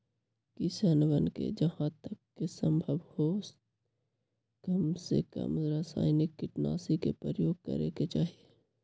किसनवन के जहां तक संभव हो कमसेकम रसायनिक कीटनाशी के प्रयोग करे के चाहि